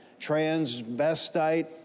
transvestite